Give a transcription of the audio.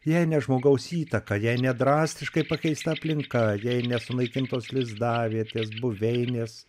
jei ne žmogaus įtaka jei ne drastiškai pakeista aplinka jei ne sunaikintos lizdavietės buveinės